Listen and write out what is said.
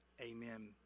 amen